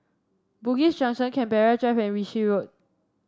Bugis Junction Canberra Drive and Ritchie Road